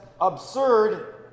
absurd